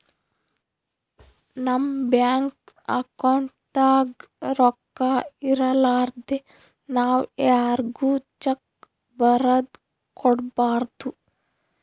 ನಮ್ ಬ್ಯಾಂಕ್ ಅಕೌಂಟ್ದಾಗ್ ರೊಕ್ಕಾ ಇರಲಾರ್ದೆ ನಾವ್ ಯಾರ್ಗು ಚೆಕ್ಕ್ ಬರದ್ ಕೊಡ್ಬಾರ್ದು